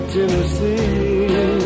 Tennessee